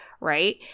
right